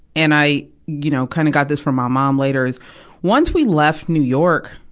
and i, you know, kind of got this from my mom later, is once we left new york,